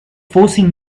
forcing